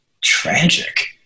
tragic